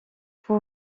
pour